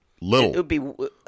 Little